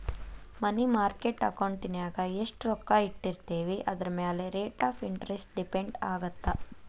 ಮನಿ market ಅಕೌಂಟಿನ್ಯಾಗ ಎಷ್ಟ್ ರೊಕ್ಕ ಇಟ್ಟಿರ್ತೇವಿ ಅದರಮ್ಯಾಲೆ ರೇಟ್ ಆಫ್ ಇಂಟರೆಸ್ಟ್ ಡಿಪೆಂಡ್ ಆಗತ್ತ